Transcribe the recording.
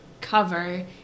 cover